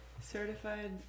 certified